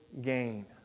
gain